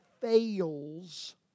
fails